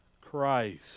Christ